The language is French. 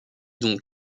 donc